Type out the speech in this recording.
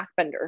backbender